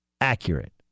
accurate